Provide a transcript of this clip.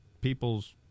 People's